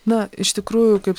na iš tikrųjų kaip